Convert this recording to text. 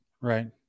right